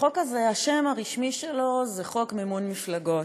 החוק הזה, השם הרשמי שלו זה חוק מימון מפלגות,